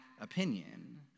opinion